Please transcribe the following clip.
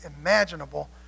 imaginable